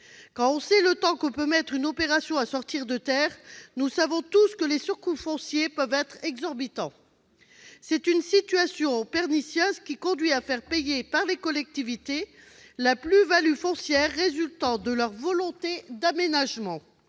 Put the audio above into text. Quand on sait le temps que peut mettre une opération à sortir de terre, nous devinons aisément que les surcoûts fonciers peuvent être exorbitants ! Cette situation pernicieuse conduit à faire payer par les collectivités la plus-value foncière résultant de leur volonté d'aménagement.